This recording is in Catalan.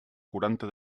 quaranta